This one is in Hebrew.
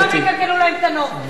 וגם שם יקלקלו להם את הנוף.